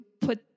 put